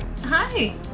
Hi